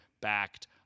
backed